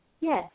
yes